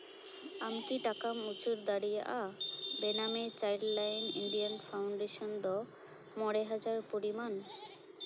ᱟᱢ ᱠᱤ ᱴᱟᱠᱟᱢ ᱩᱪᱟᱹᱲ ᱫᱟᱲᱮᱭᱟᱜᱼᱟ ᱵᱮᱱᱟᱢᱤ ᱪᱟᱭᱤᱞᱰ ᱞᱟᱭᱤᱱ ᱤᱱᱰᱤᱭᱟ ᱯᱷᱟᱣᱩᱱᱰᱮᱥᱚᱱ ᱫᱚ ᱢᱚᱬᱮ ᱦᱟᱡᱟᱨ ᱯᱚᱨᱤᱢᱟᱱ